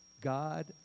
God